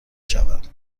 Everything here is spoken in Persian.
شود